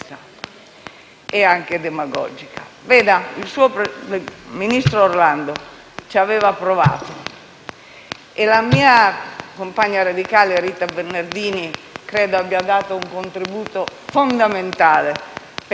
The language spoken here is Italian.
e anche demagogica. Il ministro Orlando aveva provato - e la mia compagna radicale Rita Bernardini credo abbia dato un contributo fondamentale -